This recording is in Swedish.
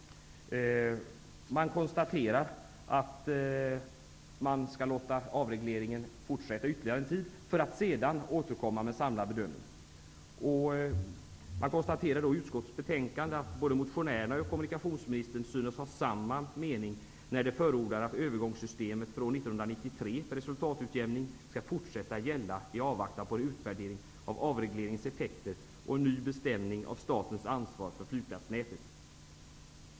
Man konstaterar att man skall låta avregleringen fortsätta ytterligare en tid för att sedan återkomma med en samlad bedömning. I utskottets betänkande konstateras att både motionärerna och kommunikationsministern synes ha samma mening när de förordar att övergångssystemet för år 1993 för resultatutjämning skall fortsätta gälla i avvaktan på en utvärdering av avregleringens effekter och en ny bestämning av statens ansvar för flygplatsnätet.